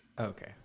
Okay